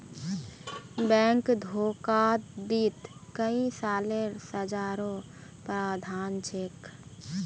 bank धोखाधडीत कई सालेर सज़ारो प्रावधान छेक